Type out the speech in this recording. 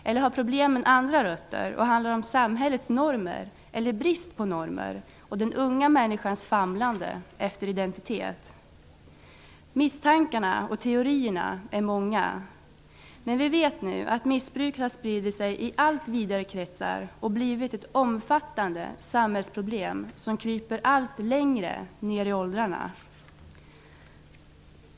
Eller har problemen andra rötter och handlar om samhällets normer eller brist på normer och om den unga människans famlande efter identitet? Misstankarna och teorierna är många, men vi vet nu att missbruket har spritt sig i allt vidare kretsar och blivit ett omfattande samhällsproblem, som kryper allt längre ner i åldrarna.